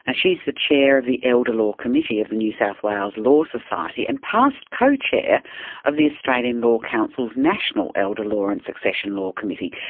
and she's the chair of the elder law committee of the new south wales law society, and past co-chair of the australian law council's national elder law and succession law committee.